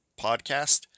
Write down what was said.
Podcast